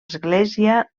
església